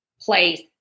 place